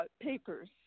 papers